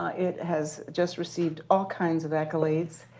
ah it has just received all kinds of accolades.